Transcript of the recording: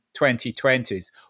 2020s